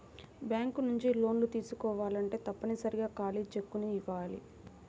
bank నుంచి లోన్లు తీసుకోవాలంటే తప్పనిసరిగా ఖాళీ చెక్కుని ఇయ్యాలి